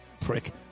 Prick